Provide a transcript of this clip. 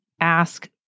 ask